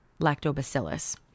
lactobacillus